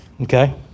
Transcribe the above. okay